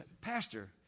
pastor